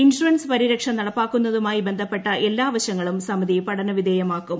insurance പരിരക്ഷ നടപ്പാക്കുന്നതുമായി ബന്ധപ്പെട്ട എല്ലാ വശങ്ങളും സമിതി പുറർപ്പിധേയമാക്കും